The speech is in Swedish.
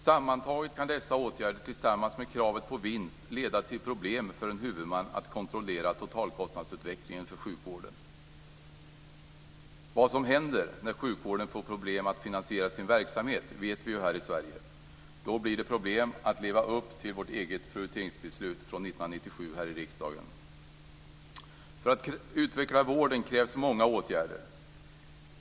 Sammantaget kan dessa åtgärder tillsammans med kravet på vinst leda till problem för en huvudman att kontrollera totalkostnadsutvecklingen för sjukvården. Vad som händer när sjukvården får problem att finansiera sin verksamhet vet vi ju här i Sverige. Då blir det problem att leva upp till vårt eget prioriteringsbeslut från 1997 här i riksdagen. För att utveckla vården krävs många åtgärder.